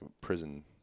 prison